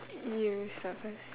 you start first